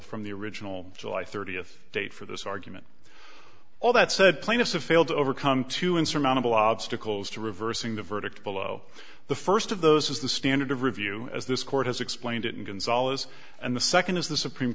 from the original july thirtieth date for this argument all that said plaintiffs have failed to overcome two insurmountable obstacles to reversing the verdict below the first of those is the standard of review as this court has explained it in gonzalez and the second is the supreme